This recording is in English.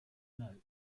note